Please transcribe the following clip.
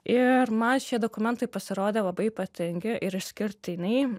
ir man šie dokumentai pasirodė labai ypatingi ir išskirtiniai